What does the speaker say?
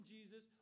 Jesus